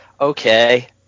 okay